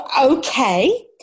okay